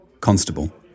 Constable